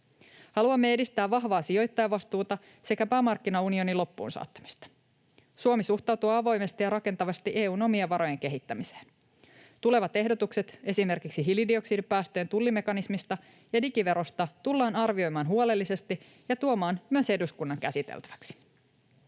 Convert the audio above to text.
Haluamme edistää vahvaa sijoittajavastuuta sekä pääomamarkkinaunionin loppuun saattamista. Suomi suhtautuu avoimesti ja rakentavasti EU:n omien varojen kehittämiseen. Tulevat ehdotukset esimerkiksi hiilidioksidipäästöjen tullimekanismista ja digiverosta tullaan arvioimaan huolellisesti ja tuomaan myös eduskunnan käsiteltäväksi.